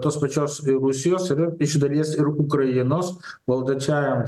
tos pačios rusijos ir iš dalies ir ukrainos valdančiajam